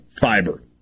fiber